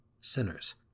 sinners